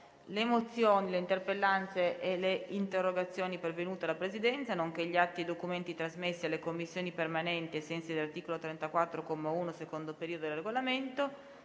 Le mozioni, le interpellanze e le interrogazioni pervenute alla Presidenza, nonché gli atti e i documenti trasmessi alle Commissioni permanenti ai sensi dell'articolo 34, comma 1, secondo periodo, del Regolamento